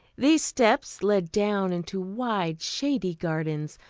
these steps led down into wide shady gardens,